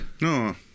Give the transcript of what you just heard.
No